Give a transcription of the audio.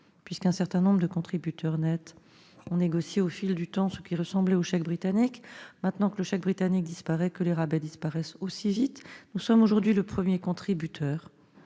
puisqu'un certain nombre de contributeurs nets ont négocié au fil du temps ce qui ressemblait au chèque britannique. Maintenant que celui-ci disparaît, que les rabais disparaissent aussi vite ! Nous sommes aujourd'hui le premier contributeur